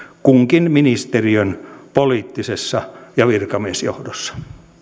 kunkin ministeriön poliittisessa ja virkamiesjohdossa